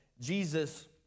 Jesus